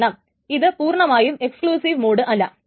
കാരണം ഇത് പൂർണമായും എക്സ്കൂള്യൂസീവ് മോഡ് അല്ല